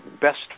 best